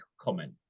comment